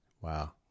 Wow